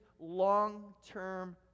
long-term